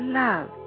love